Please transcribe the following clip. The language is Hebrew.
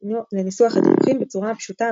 לניסוח הדיווחים בצורה הפשוטה,